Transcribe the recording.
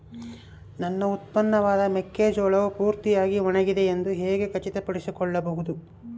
ನನ್ನ ಉತ್ಪನ್ನವಾದ ಮೆಕ್ಕೆಜೋಳವು ಪೂರ್ತಿಯಾಗಿ ಒಣಗಿದೆ ಎಂದು ಹೇಗೆ ಖಚಿತಪಡಿಸಿಕೊಳ್ಳಬಹುದು?